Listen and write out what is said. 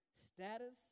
Status